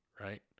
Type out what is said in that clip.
right